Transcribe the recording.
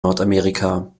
nordamerika